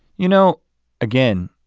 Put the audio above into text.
you know again,